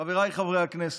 חבריי חברי הנכנסת,